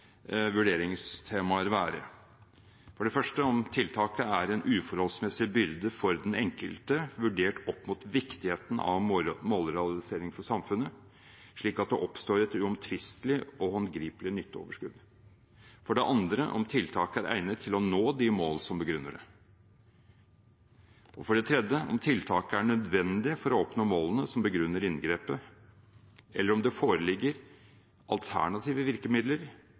vurderingstemaer være for det første om tiltaket er en uforholdsmessig byrde for den enkelte vurdert opp mot viktigheten av målrealisering for samfunnet, slik at det oppstår et uomtvistelig og håndgripelig nytteoverskudd. For det andre om tiltaket er egnet til nå de mål som begrunner det. Og for det tredje om tiltaket er nødvendig for å oppnå målene som begrunner inngrepet, eller om det foreligger alternative virkemidler,